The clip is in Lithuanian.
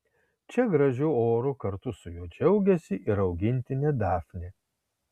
čia gražiu oru kartu su juo džiaugiasi ir augintinė dafnė